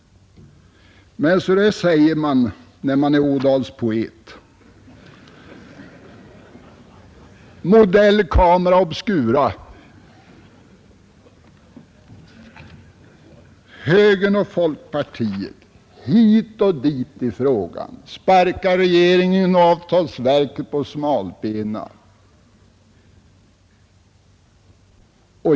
Men så där säger man då man är Ådalspoet — modell Camera obscura! Högern och folkpartiet — hit och dit i frågan — sparkar regeringen och avtalsverket på smalbenen!